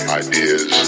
ideas